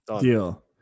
Deal